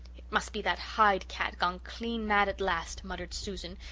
it must be that hyde-cat gone clean mad at last, muttered susan.